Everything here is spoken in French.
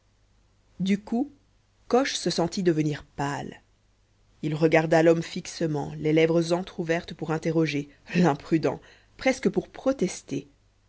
du coup coche se sentit devenir pâle il regarda l'homme fixement les lèvres entr'ouvertes pour interroger l'imprudent presque pour protester